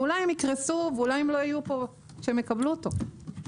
ואולי יקרסו ואולי לא יהיו פה כשיקבלו אותו.